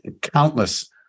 countless